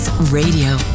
Radio